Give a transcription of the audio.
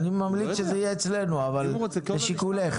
אני ממליץ שזה יהיה אצלנו, אבל לשיקולך.